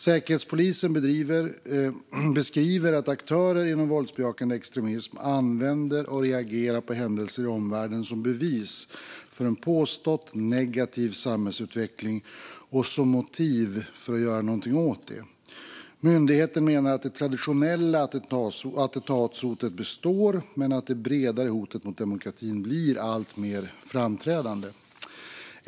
Säkerhetspolisen beskriver att aktörer inom våldsbejakande extremism reagerar på händelser i omvärlden och använder dem som bevis för en påstått negativ samhällsutveckling och som motiv för att göra något åt den. Myndigheten menar att det traditionella attentatshotet består men att det bredare hotet mot demokratin blir alltmer framträdande.